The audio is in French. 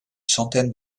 centaine